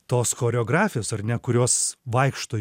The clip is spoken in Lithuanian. tos choreografijos ar ne kurios vaikšto